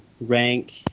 Rank